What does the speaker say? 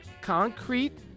Concrete